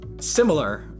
similar